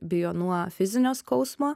bijo nuo fizinio skausmo